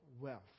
wealth